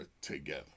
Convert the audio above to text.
together